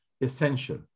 essential